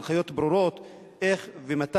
יש הנחיות ברורות איך ומתי,